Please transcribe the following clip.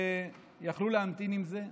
יכלו להמתין עם זה.